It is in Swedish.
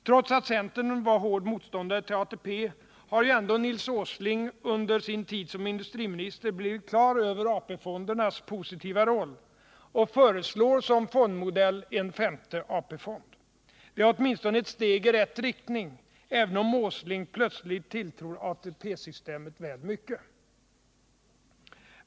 Trots att centern var en hård motståndare till ATP har ju ändå Nils Åsling under sin tid som industriminister blivit på det klara med AP-fondernas positiva roll och föreslår som fondmodell en femte AP-fond. Det är åtminstone ett steg i rätt riktning, även om Nils Åsling plötsligt tilltror ATP-systemet väl mycket.